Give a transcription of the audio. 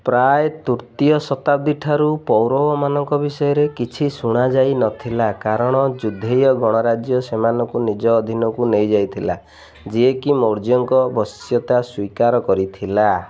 ପ୍ରାୟ ତୃତୀୟ ଶତାବ୍ଦୀ ଠାରୁ ପୌରବମାନଙ୍କ ବିଷୟରେ କିଛି ଶୁଣା ଯାଇନଥିଲା କାରଣ ଯୁଧେୟ ଗଣରାଜ୍ୟ ସେମାନଙ୍କୁ ନିଜ ଅଧୀନକୁ ନେଇଯାଇଥିଲା ଯିଏ କି ମୌର୍ଯ୍ୟଙ୍କ ବଶ୍ୟତା ସ୍ୱୀକାର କରିଥିଲା